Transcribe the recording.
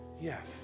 Yes